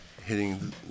hitting